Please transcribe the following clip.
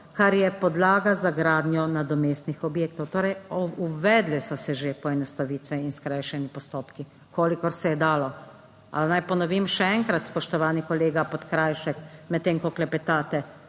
kar je podlaga za gradnjo nadomestnih objektov. Torej, uvedle so se že poenostavitve in skrajšani postopki, kolikor se je dalo. Naj ponovim še enkrat, spoštovani kolega Podkrajšek, medtem ko klepetate,